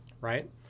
right